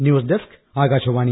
news desk Akashvani